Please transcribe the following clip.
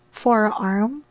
forearm